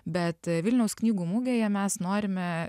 bet vilniaus knygų mugėje mes norime